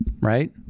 Right